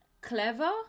clever